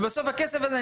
ובסוף הכסף הזה,